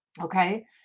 okay